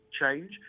change